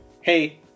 hey